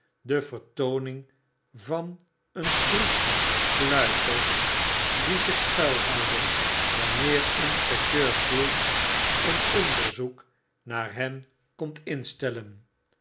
de vertooning van een troep gluipers die zich schuil houden wanneer inspecteur field een onderzoek naar hen komt instellen